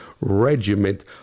regiment